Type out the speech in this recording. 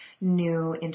new